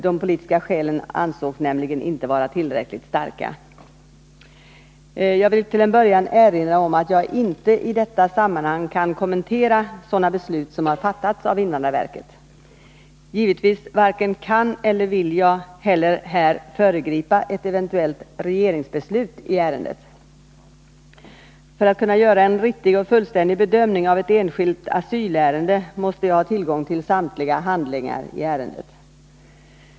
De politiska skälen ansågs nämligen inte vara tillräckligt starka. Jag vill till en början erinra om att jag inte i detta sammanhang kan kommentera sådana beslut som har fattats av invandrarverket. Givetvis varken kan eller vill jag heller här föregripa ett eventuellt regeringsbeslut i ärendet. För att kunna göra en riktig och fullständig bedömning av ett enskilt asylärende måste jag ha tillgång till samtliga handlingar i ärendet.